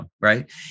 right